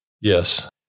Yes